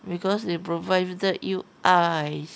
because they provided you ice